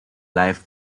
live